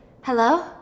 Hello